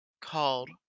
called